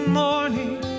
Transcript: morning